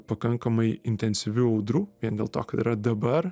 pakankamai intensyvių audrų vien dėl to kad yra dabar